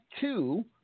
two